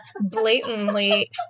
blatantly